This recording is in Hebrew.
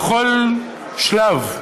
בכל שלב,